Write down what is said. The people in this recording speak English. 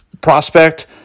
Prospect